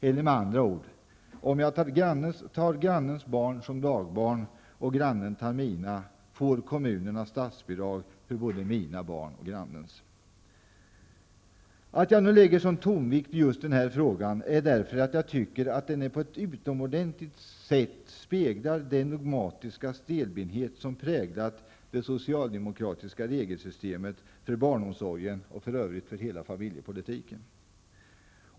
Eller med andra ord, om jag tar grannens barn som dagbarn och grannen tar mina, får kommunerna statsbidrag för både mina barn och grannens. Att jag nu lägger sådan tonvikt vid just den här frågan beror på att jag tycker att den på ett utomordentligt sätt speglar den dogmatiska stelbenthet som präglat det socialdemokratiska regelsystemet för barnomsorgen, och för övrigt för hela familjepolitiken.